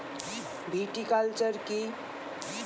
Viticulture কী?